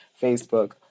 Facebook